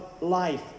life